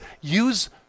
use